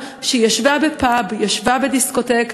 ישבה בדיסקוטק,